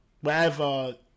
Wherever